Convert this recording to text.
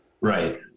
Right